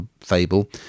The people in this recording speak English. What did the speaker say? fable